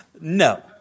no